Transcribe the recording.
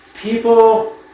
People